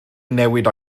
newid